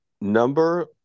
number